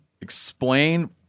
explain